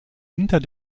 hinter